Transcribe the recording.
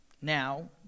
Now